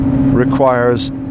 Requires